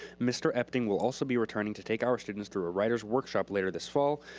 mr. epting will also be returning to take our students through a writer's workshop later this fall.